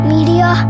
Media